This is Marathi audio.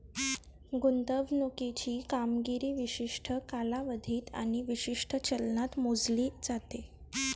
गुंतवणुकीची कामगिरी विशिष्ट कालावधीत आणि विशिष्ट चलनात मोजली जाते